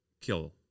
kill